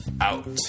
out